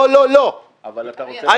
לא, לא, לא.